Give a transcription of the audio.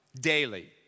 daily